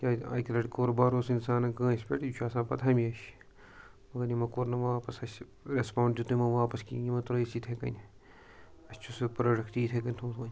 کیٛازِ اَکہِ لَٹہِ کوٚر بروس اِنسانَن کٲنٛسہِ پٮ۪ٹھ یہِ چھُ آسان پَتہٕ ہمیشہِ مگر یِمو کوٚر نہٕ واپَس اَسہِ رٮ۪سپانٛڈ دیُت نہٕ یِمو واپَس کِہیٖنۍ یِمو ترٛٲوۍ أس یِتھَے کٔنۍ اَسہِ چھُ سُہ پرٛوڈَکٹ یِتھَے کٔنۍ تھوٚمُت وۄنۍ